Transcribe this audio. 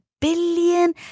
billion